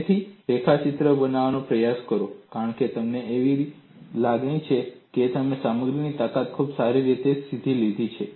તેનો રેખાચિત્ર બનાવવાનો પ્રયાસ કરો કારણ કે તમને એવી લાગણી છે કે તમે સામગ્રીની તાકાત ખૂબ સારી રીતે શીખી લીધી છે